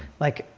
like,